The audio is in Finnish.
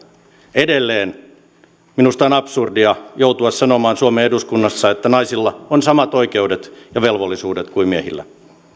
edelleen minusta on absurdia joutua sanomaan suomen eduskunnassa että naisilla on samat oikeudet ja velvollisuudet kuin miehillä